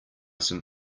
some